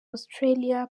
australia